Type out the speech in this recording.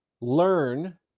learn